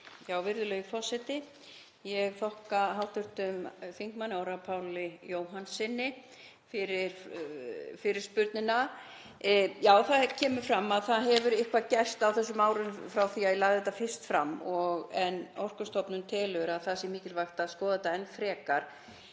Virðulegi forseti. Ég þakka hv. þm. Orra Páli Jóhannssyni fyrir spurninguna. Já, það kemur fram að það hefur eitthvað gerst á þessum árum frá því að ég lagði þetta mál fyrst fram. Orkustofnun telur að það sé mikilvægt að skoða þetta enn frekar.